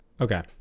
okay